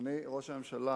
אדוני ראש הממשלה,